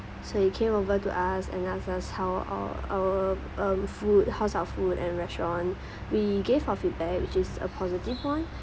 so he came over to us and asked us how our our um food how's our food and restaurant we gave our feedback which is a positive point